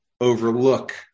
overlook